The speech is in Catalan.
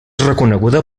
reconeguda